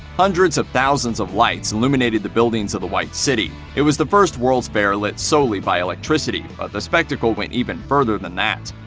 hundreds of thousands of lights illuminated the buildings of the white city. it was the first world's fair lit solely by electricity, but the spectacle went even further than that.